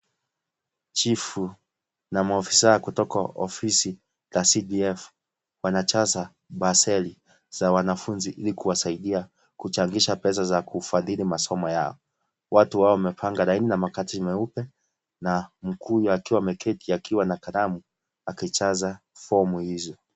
Chifu na maofisa kutoka ofisi la CDF wanajaza baseli za wanafunzi ili kuwasaidia kuchangisha pesa za kufadhili masomo yao . Watu hawa wamepanga laini na makaratasi meupe na mkuu huyu akiwa ameketi akiwa na kalamu akijaza fomu hizo.